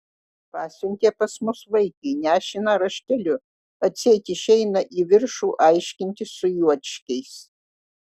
pasiuntė pas mus vaikį nešiną rašteliu atseit išeina į viršų aiškintis su juočkiais